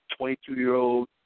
22-year-old